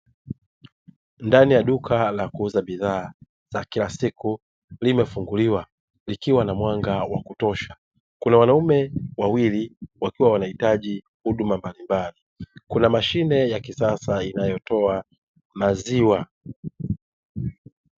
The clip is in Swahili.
Ndani ya duka la kuuza bidhaa za kila siku limefunguliwa, likiwa na mwanga wa kutosha, kuna wanaume wawili wakiwa wanahitaji huduma mbalimbali, kuna mashine ya kisasa inayotoa maziwa.